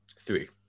Three